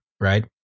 right